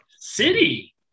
City